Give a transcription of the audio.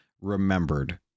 remembered